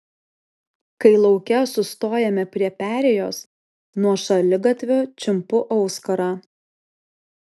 kai lauke sustojame prie perėjos nuo šaligatvio čiumpu auskarą